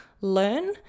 learn